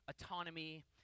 autonomy